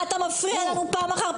אתה מעיר לו הערות.